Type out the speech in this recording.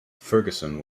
ferguson